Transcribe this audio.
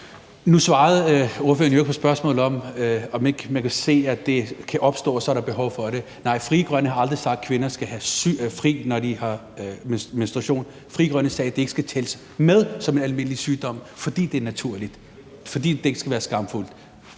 svarede ordføreren jo ikke på spørgsmålet om, om ikke man kan se, at det kan opstå, og at der så er behov for det. Nej, Frie Grønne har aldrig sagt, at kvinder skal have fri, når de har menstruation. Frie Grønne sagde, at det ikke skal tælles med som en almindelig sygdom, fordi det er naturligt, og fordi det ikke skal være var skamfuldt.